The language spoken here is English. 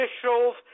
officials